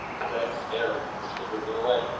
so it's air, you're still drifting away.